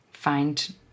find